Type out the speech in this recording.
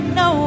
no